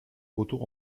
retour